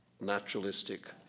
naturalistic